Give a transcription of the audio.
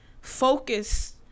focus